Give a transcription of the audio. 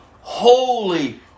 holy